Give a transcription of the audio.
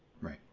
right